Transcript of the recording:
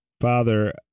father